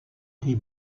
des